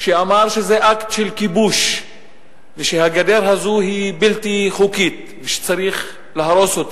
שאמר שזה אקט של כיבוש ושהגדר הזו היא בלתי חוקית וצריך להרוס אותה.